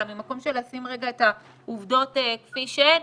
אלא ממקום של לשים רגע את העובדות כפי שהן.